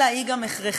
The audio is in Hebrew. אלא היא גם הכרחית.